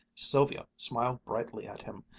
sylvia smiled brightly at him,